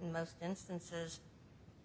in most instances